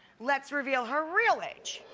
let's reveal her real age.